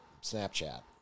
snapchat